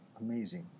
Amazing